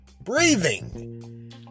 breathing